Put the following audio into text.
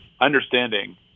understanding